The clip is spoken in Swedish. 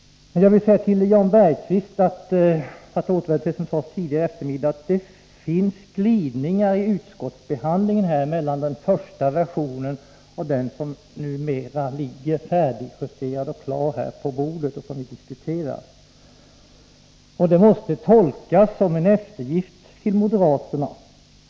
Men låt mig återvända till vad som sades tidigare i eftermiddag. Det finns, Jan Bergqvist, glidningar i utskottsskrivningen mellan den första versionen och den som ligger justerad och klar på bordet. Det måste tolkas som en eftergift åt moderaterna.